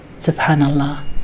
subhanallah